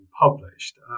published